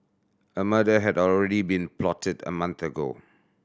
a murder had already been plotted a month ago